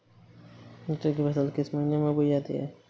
मटर की फसल किस महीने में बोई जाती है?